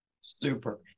Super